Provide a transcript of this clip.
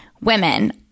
women